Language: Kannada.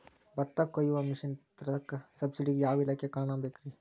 ಭತ್ತ ಕೊಯ್ಯ ಮಿಷನ್ ತರಾಕ ಸಬ್ಸಿಡಿಗೆ ಯಾವ ಇಲಾಖೆ ಕಾಣಬೇಕ್ರೇ?